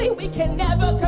we can.